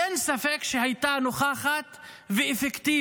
אין ספק שהיא הייתה נוכחת ואפקטיבית.